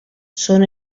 són